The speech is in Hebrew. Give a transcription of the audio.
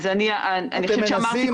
אתם מנסים,